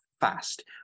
fast